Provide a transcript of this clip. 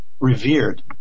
Revered